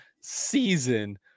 season